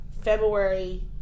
February